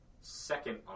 second